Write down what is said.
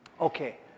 Okay